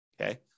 okay